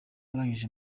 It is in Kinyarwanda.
arangije